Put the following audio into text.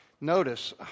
Notice